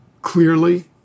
clearly